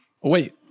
Wait